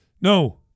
no